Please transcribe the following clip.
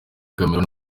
cameron